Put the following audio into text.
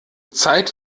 zeit